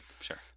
sure